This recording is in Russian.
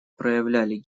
проявляли